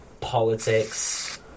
politics